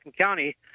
County –